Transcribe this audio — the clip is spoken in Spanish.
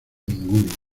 ninguno